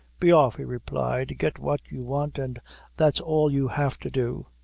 be off, he replied, get what you want, and that's all you have to do.